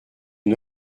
une